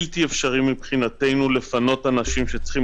בלתי אפשרי מבחינתנו לפנות אנשים שצריכים